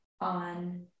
on